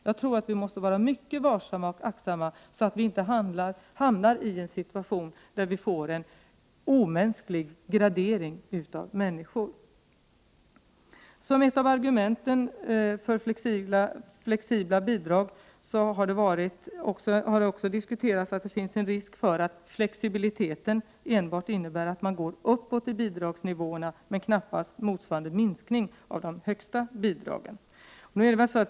Jag tror att vi måste vara mycket vaksamma och aktsamma så att vi inte hamnar i en situation där vi får en omänsklig gradering av människor. Vid argumentering för flexibla bidrag har det också sagts att det finns risk för att flexibiliteten enbart innebär att man går uppåt i bidragsnivåerna men knappast får en motsvarande minskning av de högsta bidragen.